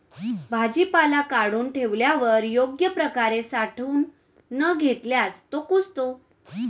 भाजीपाला काढून ठेवल्यावर योग्य प्रकारे साठवून न घेतल्यास तो कुजतो